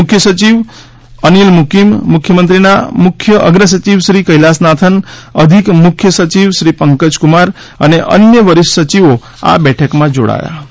મુખ્ય સચિવ અનિલ મુકિમ મુખ્યમંત્રીશ્રીના મુખ્યઅગ્ર સચિવશ્રી કૈલાસનાથન અધિક મુખ્ય સચિવશ્રી પંકજ કુમાર અને અન્ય વરિષ્ઠ સચિવો આ બેઠકમાં જોડાયા છે